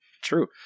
True